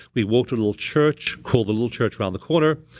we walk to a little church called the little church around the corner,